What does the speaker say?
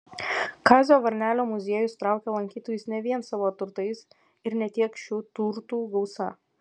kazio varnelio muziejus traukia lankytojus ne vien savo turtais ir ne tiek šių turtų gausa